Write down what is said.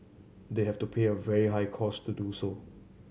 they have to pay a very high cost to do so